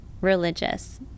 religious